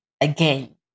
again